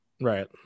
right